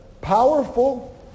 powerful